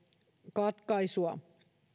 katkaisua